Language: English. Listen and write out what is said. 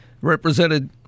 represented